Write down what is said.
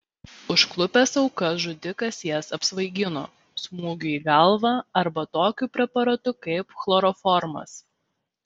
užklupęs aukas žudikas jas apsvaigino smūgiu į galvą arba tokiu preparatu kaip chloroformas